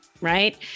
right